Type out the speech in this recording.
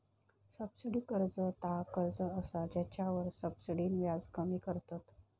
subsidy कर्ज ता कर्ज असा जेच्यावर सब्सिडीन व्याज कमी करतत